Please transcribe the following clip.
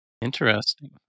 Interesting